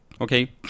okay